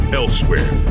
elsewhere